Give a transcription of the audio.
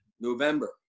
November